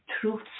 truths